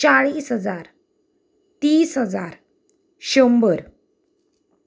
चाळीस हजार तीस हजार शंबर